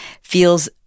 feels